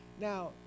Now